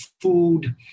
food